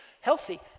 healthy